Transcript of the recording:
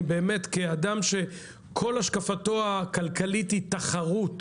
כאדם שכל השקפתו הכלכלית היא תחרות,